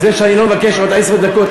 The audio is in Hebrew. זה שאני לא מבקש עוד עשר דקות,